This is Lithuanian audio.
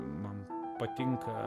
man patinka